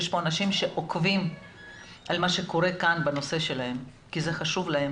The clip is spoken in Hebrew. שיש כאן אנשים שעוקבים אחר מה שקורה בנושא שלהם כי זה חשוב להם,